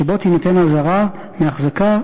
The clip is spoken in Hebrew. שתינתן בו אזהרה מהחזקה,